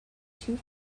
two